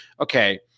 okay